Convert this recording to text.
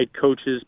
coaches